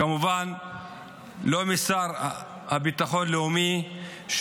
כמובן לא משר הביטחון הלאומי,